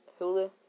Hulu